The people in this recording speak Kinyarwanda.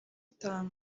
itanu